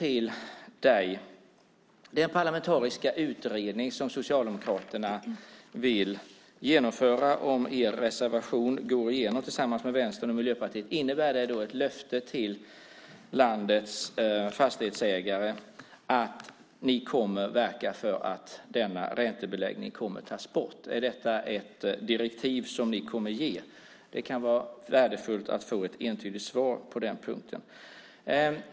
Innebär den parlamentariska utredning som ni socialdemokrater vill genomföra om er reservation går igenom tillsammans med Vänstern och Miljöpartiet ett löfte till landets fastighetsägare att ni kommer att verka för att denna räntebeläggning kommer att tas bort? Är detta ett direktiv som ni kommer att ge? Det kan vara värdefullt att få ett entydigt svar på den punkten.